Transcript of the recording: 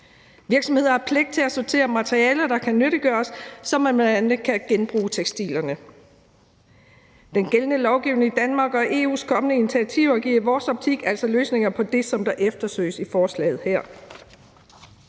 Virksomheder har pligt til at sortere materialer, der kan nyttiggøres, så man bl.a. kan genbruge tekstilerne. Den gældende lovgivning i Danmark og EU's kommende initiativer giver i vores optik altså løsninger på det, der efterspørges i forslaget her.